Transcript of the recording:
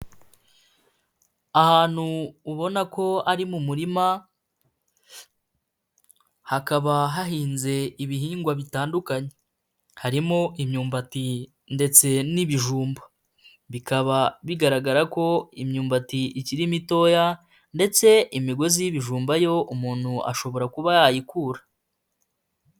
Ahantu ubona ko ari mu murima hakaba hahinze ibihingwa bitandukanye, harimo imyumbati ndetse n'ibijumba, bikaba bigaragara ko imyumbati ikiri mitoya ndetse imigozi y'ibijumba yo umuntu ashobora kuba yayikura.